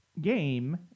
game